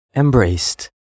Embraced